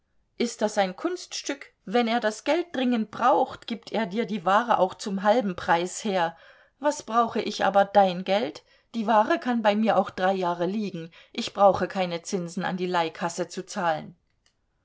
ist das ein kunststück wenn er das geld dringend braucht gibt er dir die ware auch zum halben preis her was brauche ich aber dein geld die ware kann bei mir auch drei jahre liegen ich brauche keine zinsen an die leihkasse zu zahlen